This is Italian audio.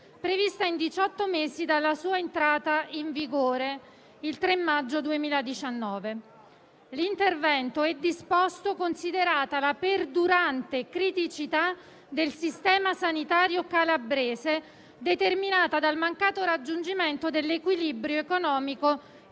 prevista in diciotto mesi dalla sua entrata in vigore (3 maggio 2019). L'intervento è disposto considerata la perdurante criticità del sistema sanitario calabrese determinata dal mancato raggiungimento dell'equilibrio